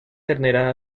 ternera